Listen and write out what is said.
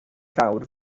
llawr